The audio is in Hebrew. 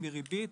מריבית,